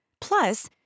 Plus